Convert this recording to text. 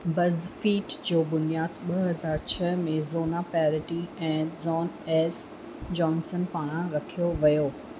BuzzFeed जो बुनियादु ॿ हज़ार छह में जोना पैरेटी ऐं जॉन एस जॉनसन पारां रखियो वियो